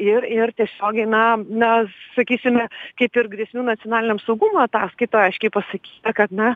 ir ir tiesiogiai na na sakysime kaip ir grėsmių nacionaliniam saugumui ataskaitoj aiškiai pasakyta kad na